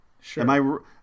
Sure